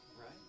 Right